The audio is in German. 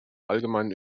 allgemeinen